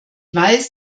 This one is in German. weiß